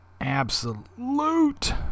absolute